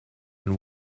and